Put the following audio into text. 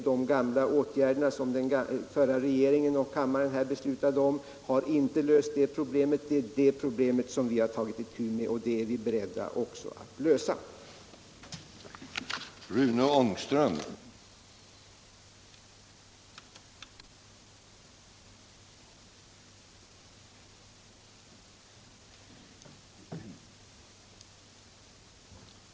De åtgärder som den gamla regeringen och kammaren beslutade om har inte löst det problemet. Det har vi nu et itu med, och vi är beredda att lösa det.